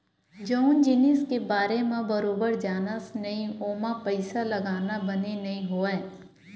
जउन जिनिस के बारे म बरोबर जानस नइ ओमा पइसा लगाना बने नइ होवय